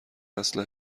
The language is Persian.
نسل